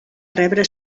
rebre